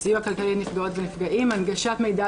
סיוע כלכלי לנפגעות ולנפגעים; הנגשת מידע